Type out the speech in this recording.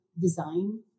design